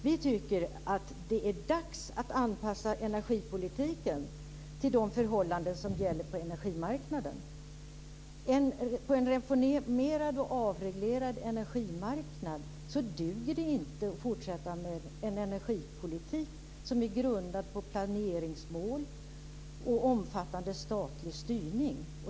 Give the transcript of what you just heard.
Vi tycker att det är dags att anpassa energipolitiken till de förhållanden som gäller på energimarknaden. På en reformerad och avreglerad energimarknad duger det inte att fortsätta med en energipolitik som är grundad på planeringsmål och omfattande statlig styrning.